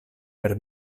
per